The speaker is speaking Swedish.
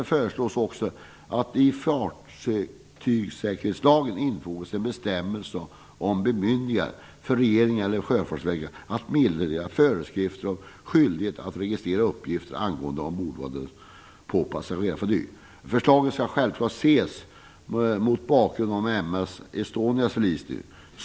Det föreslås också att man i fartygssäkerhetslagen skall infoga en bestämmelse om bemyndigande för regeringen eller Förslaget skall självfallet ses mot bakgrund av m/s Estonias förlisning.